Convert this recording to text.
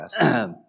yes